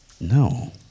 No